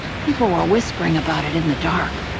people were whispering about it in the dark.